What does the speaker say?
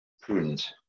prudent